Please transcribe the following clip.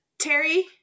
Terry